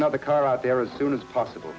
another car out there as soon as possible